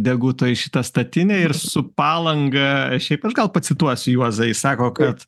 deguto į šitą statinę ir su palanga šiaip aš gal pacituosiu juozą jis sako kad